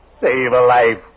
Save-A-Life